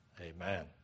Amen